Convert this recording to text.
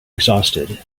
exhausted